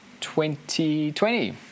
2020